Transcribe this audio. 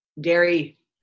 dairy